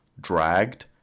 dragged